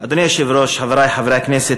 אדוני היושב-ראש, חברי חברי הכנסת,